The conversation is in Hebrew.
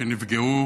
שנפגעו